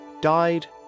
died